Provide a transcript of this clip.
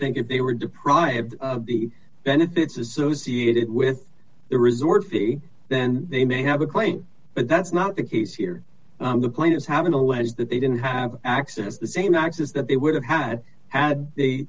think if they were deprived the benefits associated with the resort fee then they may have a claim but that's not the case here the point is having alleged that they didn't have access the same access that they would have had had they